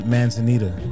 Manzanita